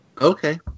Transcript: Okay